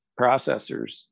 processors